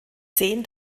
zehn